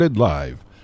Live